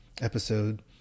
episode